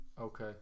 Okay